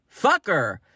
fucker